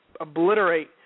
obliterate